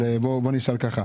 אז בוא נשאל ככה,